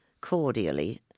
Cordially